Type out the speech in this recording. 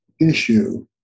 issue